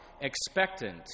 expectant